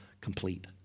complete